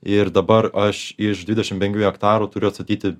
ir dabar aš iš dvidešimt penkių hektarų turiu atstatyti